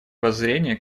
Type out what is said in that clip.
воззрения